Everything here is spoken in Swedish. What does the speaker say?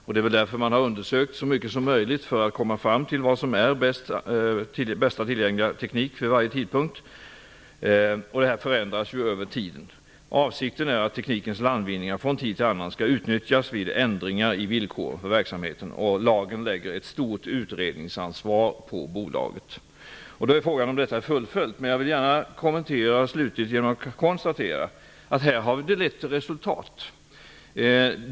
Det är väl därför man har undersökt så mycket som möjligt, för att komma fram till vad som är bästa tillgängliga teknik vid varje tidpunkt. Det här förändras ju över tiden. Avsikten är att teknikens landvinningar från tid till annan skall utnyttjas vid ändringar i villkoren för verksamheten. Lagen lägger ett stort utredningsansvar på bolaget. Frågan är då om detta är fullföljt. Jag vill slutligen konstatera att resultat har uppnåtts.